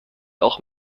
auch